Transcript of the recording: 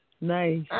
Nice